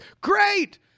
great